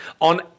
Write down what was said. on